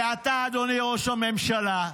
ואתה, אדוני ראש הממשלה,